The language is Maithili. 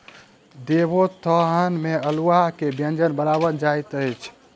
देवोत्थान में अल्हुआ के व्यंजन बनायल जाइत अछि